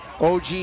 OG